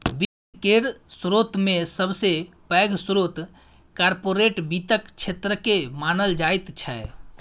वित्त केर स्रोतमे सबसे पैघ स्रोत कार्पोरेट वित्तक क्षेत्रकेँ मानल जाइत छै